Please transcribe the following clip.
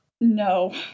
No